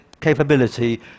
capability